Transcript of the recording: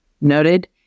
noted